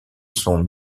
son